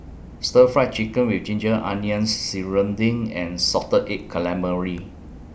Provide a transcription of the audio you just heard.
Stir Fry Chicken with Ginger Onions Serunding and Salted Egg Calamari